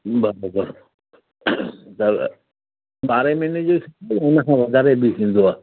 बराबरि जा ॿारहें महीने जे उन खां वधारे ई थींदो आहे